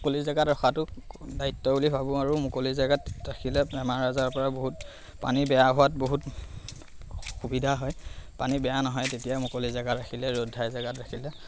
মুকলি জেগাত ৰখাতো দায়িত্ব বুলি ভাবোঁ আৰু মুকলি জেগাত ৰাখিলে বেমাৰ আজাৰৰ পৰা বহুত পানী বেয়া হোৱাত বহুত সুবিধা হয় পানী বেয়া নহয় তেতিয়া মুকলি জেগাত ৰাখিলে ৰ'দঘাই জেগাত ৰাখিলে